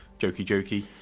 jokey-jokey